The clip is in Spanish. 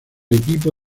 equipo